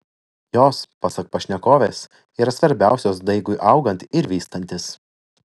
jos pasak pašnekovės yra svarbiausios daigui augant ir vystantis